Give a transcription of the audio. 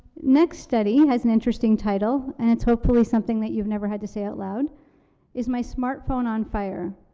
next study has an interesting title, and it's hopefully something that you've never had to say out loud is my smart phone on fire?